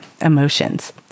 emotions